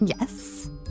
Yes